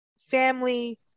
family